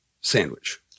sandwich